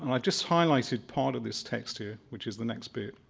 like just highlighted part of this text here which is the next bit.